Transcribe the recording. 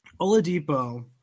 Oladipo